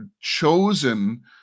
chosen